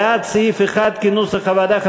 בעד סעיף 1 כנוסח הוועדה,